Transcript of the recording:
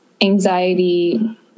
anxiety